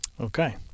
Okay